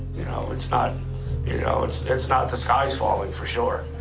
you know, it's not you know it's it's not the sky is falling, for sure.